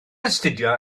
astudio